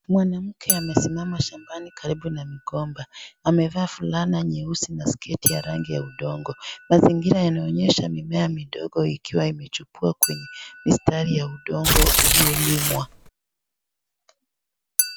Mwanamke amesimama shambani karibu na mgomba amevaa fulana nyeusi skati ya rangi ya udongo mazingira inaonyesha mimea midogo ikiwa imechukua katika udongo uliolimwa .